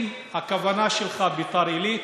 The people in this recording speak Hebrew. אם הכוונה שלך לביתר עילית,